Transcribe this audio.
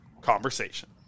Conversation